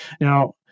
Now